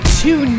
two